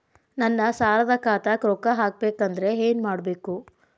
ನನ್ನ ಸಾಲದ ಖಾತಾಕ್ ರೊಕ್ಕ ಹಾಕ್ಬೇಕಂದ್ರೆ ಏನ್ ಮಾಡಬೇಕು?